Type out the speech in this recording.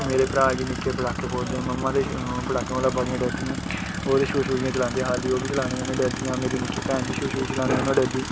मेरे भ्राऽ बी निक्के भ्राऽ पटाके फोड़दे मम्मा ते पटाकें कोला बड़ियां डरदियां ओह् ते छूर छुरियां चलांदियां खाल्ली ते ओह्बी चलाने कन्नै डरदियां मेरी निक्की भैन बी छुर छुरी चलाने कोला डरदी